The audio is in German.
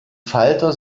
falter